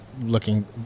looking